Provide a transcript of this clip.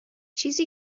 چیزی